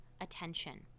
attention